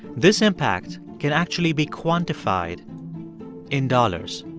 this impact can actually be quantified in dollars.